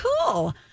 cool